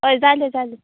हय जाले जाले